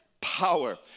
power